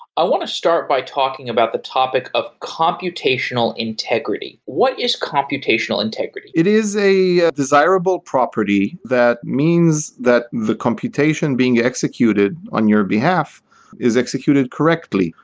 i want to start by talking about the topic of computational integrity. what is computation integrity? it is a desirable property that means that the computation being executed on your behalf is executed correctly.